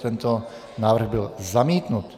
Tento návrh byl zamítnut.